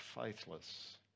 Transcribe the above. faithless